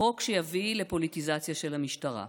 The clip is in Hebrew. חוק שיביא לפוליטיזציה של המשטרה,